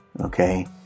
Okay